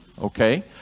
Okay